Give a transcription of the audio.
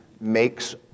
makes